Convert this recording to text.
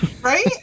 right